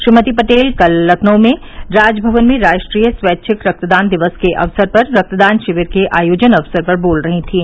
श्रीमती पटेल कल लखनऊ में राजभवन में राष्ट्रीय स्वैच्छिक रक्तदान दिवस के अवसर पर रक्तदान शिविर के आयोजन अवसर पर बोल रही थीं